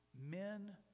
Men